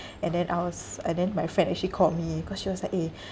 and then I was and then my friend and she called me cause she was like eh